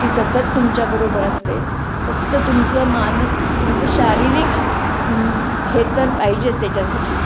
ती सतत तुमच्याबरोबर असते फक्त तुमचं मानस तुमचं शारीरिक हे तर पाहिजेच त्याच्यासाठी